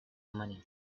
money